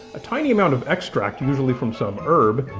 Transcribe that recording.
a tiny amount of extract, usually from some herb,